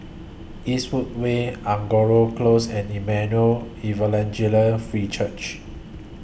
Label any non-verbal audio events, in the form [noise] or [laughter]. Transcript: Eastwood Way Angora Close and Emmanuel [unintelligible] Free Church